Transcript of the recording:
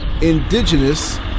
indigenous